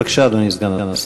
בבקשה, אדוני סגן השר.